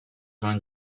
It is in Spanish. son